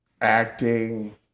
acting